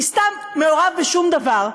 היא סתם מעורב בשום דבר.